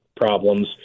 problems